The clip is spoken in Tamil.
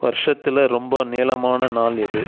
வருஷத்தில் ரொம்ப நீளமான நாள் எது